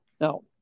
Now